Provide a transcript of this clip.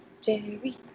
Jerry